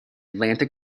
atlantic